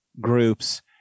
groups